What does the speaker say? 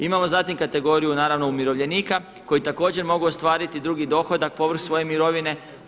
Imamo zatim kategoriju naravno umirovljenika koji također mogu ostvariti drugi dohodak povrh svoje mirovine.